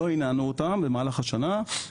לא הנענו אותן במשך השנה.